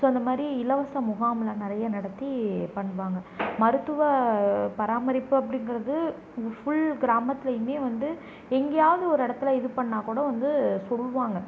so இந்த மாரி இலவச முகாம்லாம் நிறைய நடத்தி பண்ணுவாங்க மருத்துவ பராமரிப்பு அப்படிங்கிறது ஃபுல் கிராமத்துலயுமே வந்து எங்கேயாவது ஒரு இடத்துல இது பண்ணால் கூட வந்து சொல்லுவாங்க